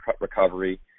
recovery